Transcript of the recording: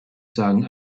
sagen